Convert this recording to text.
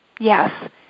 Yes